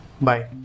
Bye